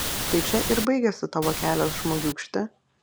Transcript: tai čia ir baigiasi tavo kelias žmogiūkšti